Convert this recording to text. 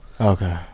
Okay